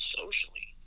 socially